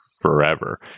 forever